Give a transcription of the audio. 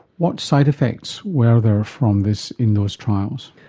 what side-effects were there from this in those trials?